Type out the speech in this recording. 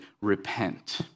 repent